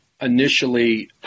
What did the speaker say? initially